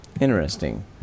Interesting